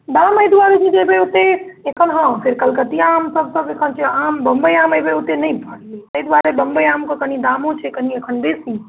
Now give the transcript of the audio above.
दाम एहि दुआरे छै जे एहिबेर ओतेक एखन हँ फेर कलकतिआ आमसब छै एखन बम्बइ आम एहिबेर ओतेक नहि फड़ले ताहि दुआरे बम्बइ आमके दामो छै कनी एखन बेसी